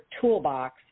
toolbox